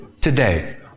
today